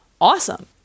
Awesome